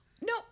No